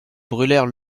brûlèrent